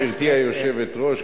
גברתי היושבת-ראש,